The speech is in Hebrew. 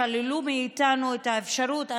שללו מאיתנו את האפשרות,